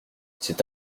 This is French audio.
c’est